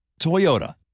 Toyota